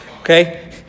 Okay